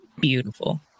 beautiful